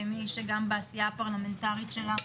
כמי שגם בעשייה הפרלמנטרית שלה,